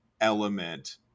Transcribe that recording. element